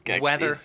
weather